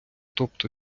тобто